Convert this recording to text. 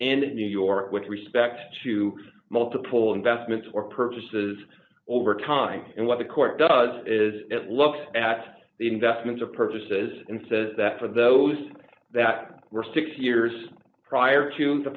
and new york with respect to multiple investments or purposes over time and what the court does is it looks at the investments of purchases and says that for those that were six years prior to the